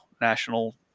national